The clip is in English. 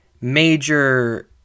major